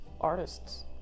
artists